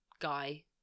guy